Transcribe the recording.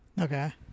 Okay